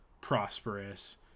prosperous